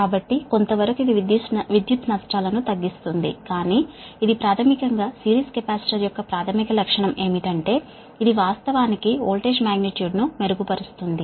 కాబట్టి కొంత వరకు ఇది విద్యుత్ లాస్ లను తగ్గిస్తుంది కానీ ఇక్కడ ప్రాథమికంగా సిరీస్ కెపాసిటర్ యొక్క ప్రాథమిక లక్షణం ఏమిటంటే ఇది వాస్తవానికి వోల్టేజ్ మాగ్నిట్యూడ్ ను మెరుగుపరుస్తుంది